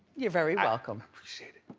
you're very welcome. i appreciate it.